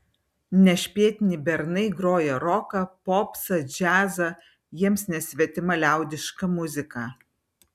nešpėtni bernai groja roką popsą džiazą jiems nesvetima liaudiška muzika